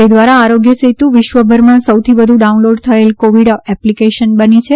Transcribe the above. તે દ્વારા આરોગ્ય સેતુ વિશ્વભરમાં સૌથી વધુ ડાઉનલોડ થયેલ કોવિડ એપ્લિકેશન બની છે